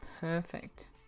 perfect